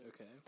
Okay